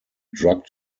drug